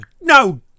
No